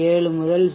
7 முதல் 0